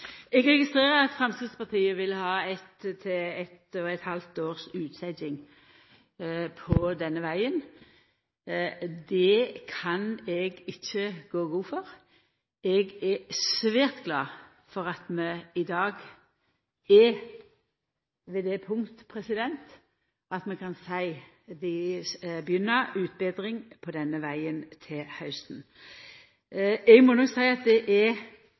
Eg registrerer at Framstegspartiet vil ha eitt til eitt og eit halvt års utsetjing av denne vegen. Det kan eg ikkje gå god for. Eg er svært glad for at vi i dag er ved det punktet at vi kan seia at vi begynner med ei utbetring av denne vegen til hausten. Eg må nok seia at